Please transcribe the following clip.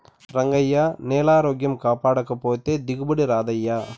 రంగయ్యా, నేలారోగ్యం కాపాడకపోతే దిగుబడి రాదయ్యా